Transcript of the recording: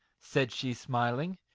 said she, smiling,